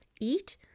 Eat